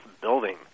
building